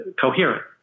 coherent